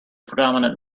predominant